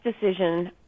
decision